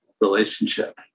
relationship